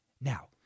Now